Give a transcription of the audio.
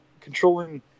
controlling